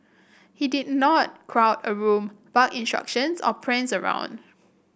he did not crowd a room bark instructions or prance around